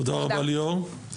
תודה רבה, ליאור.